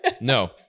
No